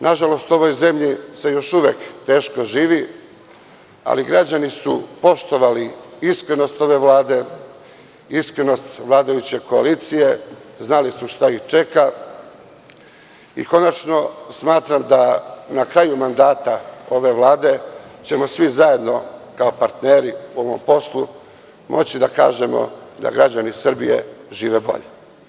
Nažalost u ovoj zemlji se još uvek teško živi, ali građani su poštovali iskrenost ove Vlade, iskrenost vladajuće koalicije, znali su šta ih čeka i konačno smatram da na kraju mandata ove vlade ćemo svi zajedno kao partneri u ovom poslu moći da kažemo da građani Srbije žive bolje.